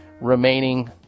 remaining